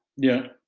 yeah.